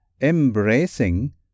Embracing